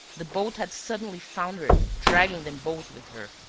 the boat had suddenly foundered, dragging them both with her.